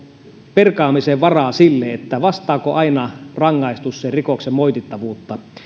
perkaamisen varaa siinä vastaako aina rangaistus rikoksen moitittavuutta